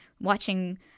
watching